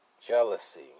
jealousy